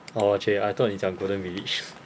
orh !chey! I thought 你讲 Golden Village